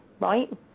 right